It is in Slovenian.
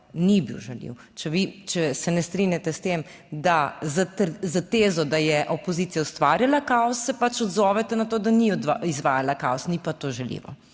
ni bil žaljiv. Če se ne strinjate s tem, da s tezo, da je opozicija ustvarjala kaos, se pač odzovete na to, da ni izvajala kaos, ni pa to žaljivo,